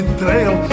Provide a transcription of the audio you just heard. trail